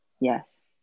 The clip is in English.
yes